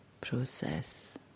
process